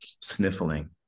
sniffling